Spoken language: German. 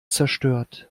zerstört